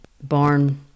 barn